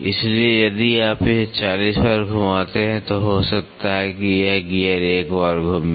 इसलिए यदि आप इसे 40 बार घुमाते हैं तो हो सकता है कि यह गियर एक बार घूमे